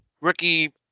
Ricky